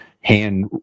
hand